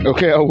Okay